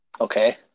Okay